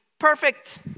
perfect